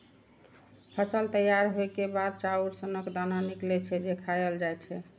फसल तैयार होइ के बाद चाउर सनक दाना निकलै छै, जे खायल जाए छै